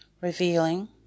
revealing